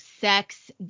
sex